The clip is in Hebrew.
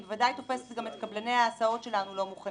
היא בוודאי תופסת גם את קבלני ההסעות שלנו לא מוכנים.